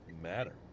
matter